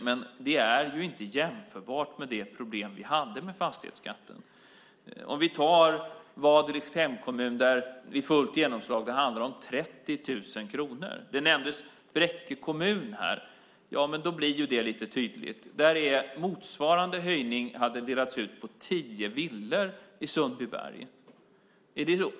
Men det är inte jämförbart med det problem vi hade med fastighetsskatten. Vi kan ta Waidelichs hemkommun där det vid fullt genomslag handlar om 30 000 kronor. Bräcke kommun nämndes här. Där blir det lite tydligt. Där hade motsvarande höjning delats ut på tio villor i Sundbyberg.